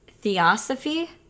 theosophy